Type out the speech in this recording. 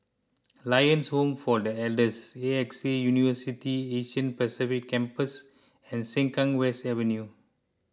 Lions Home for the Elders A X A University Asia Pacific Campus and Sengkang West Avenue